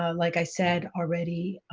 ah like i said already,